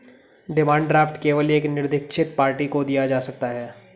demand draft केवल एक निरदीक्षित पार्टी को दिया जा सकता है